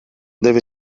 deve